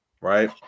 right